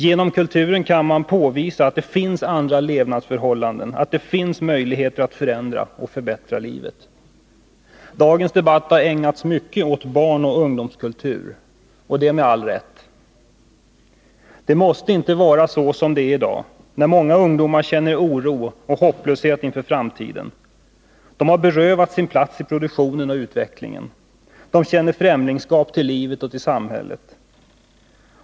Genom kulturen kan man påvisa att det finns andra levnadsförhållanden, att det finns möjligheter att förändra och förbättra livet. Dagens debatt har ägnats mycket åt barnoch ungdomskultur och det med all rätt. Det måste inte vara så som det är i dag, då många ungdomar känner oro och hopplöshet inför framtiden. De har berövats en plats i produktionen och utvecklingen, de känner ett främlingskap till livet och samhället.